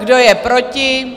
Kdo je proti?